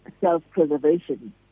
self-preservation